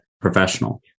professional